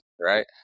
right